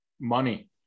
Money